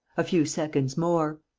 a few seconds more.